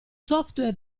software